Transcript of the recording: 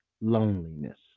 loneliness